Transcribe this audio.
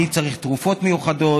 אני צריך תרופות מיוחדות,